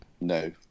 No